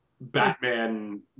Batman